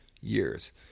years